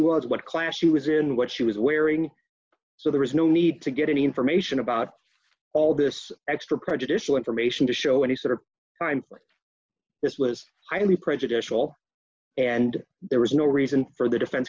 was what class she was in what she was wearing so there was no need to get any information about all this extra prejudicial information to show any sort of crime like this was highly prejudicial and there was no reason for the defense